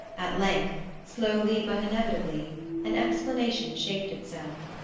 at length slowly but inevitably an explanation shaped itself.